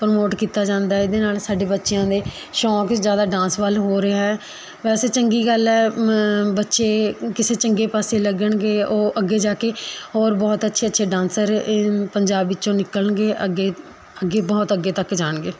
promote ਕੀਤਾ ਜਾਂਦਾ ਹੈ ਇਹਦੇ ਨਾਲ਼ ਸਾਡੇ ਬੱਚਿਆਂ ਦੇ ਸ਼ੌਂਕ ਜ਼ਿਆਦਾ ਡਾਂਸ ਵੱਲ੍ਹ ਹੋ ਰਿਹਾ ਹੈ ਵੈਸੇ ਚੰਗੀ ਗੱਲ ਹੈ ਬੱਚੇ ਕਿਸੇ ਚੰਗੇ ਪਾਸੇ ਲੱਗਣਗੇ ਉਹ ਅੱਗੇ ਜਾ ਕੇ ਹੋਰ ਬਹੁਤ ਅੱਛੇ ਅੱਛੇ ਡਾਂਸਰ ਪੰਜਾਬ ਵਿੱਚੋਂ ਨਿਕਲਣਗੇ ਅੱਗੇ ਅੱਗੇ ਬਹੁਤ ਅੱਗੇ ਤੱਕ ਜਾਣਗੇ